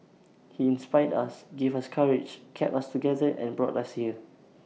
he inspired us gave us courage kept us together and brought us here